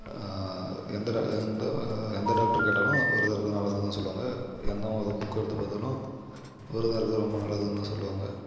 எந்த எந்த எந்த டாக்ட்ரு கேட்டாலும் விரதம் இருக்கிறது நல்லது தான் சொல்வாங்க எந்த மதம் புக்கு எடுத்து பார்த்தாலும் விரதம் இருக்கிறது ரொம்ப நல்லதுந்தான் சொல்வாங்க